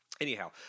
anyhow